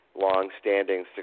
longstanding